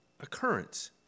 occurrence